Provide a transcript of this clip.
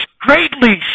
greatly